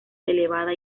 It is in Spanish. elevada